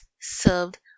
served